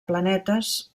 planetes